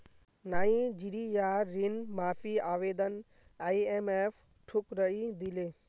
नाइजीरियार ऋण माफी आवेदन आईएमएफ ठुकरइ दिले